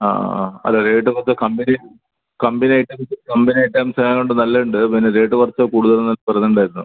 ആ ആ അത് വീണ്ടും എന്തോ കമ്പനി കമ്പനി ഐറ്റംസ് കമ്പനി ഐറ്റംസായത് കൊണ്ട് നല്ലയുണ്ട് പിന്നെ റേറ്റ് കുറച്ച് കൂടുതലുന്ന് പറഞ്ഞുണ്ടായിരുന്നു